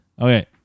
Okay